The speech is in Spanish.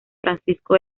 francisco